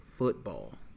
Football